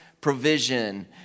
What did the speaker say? provision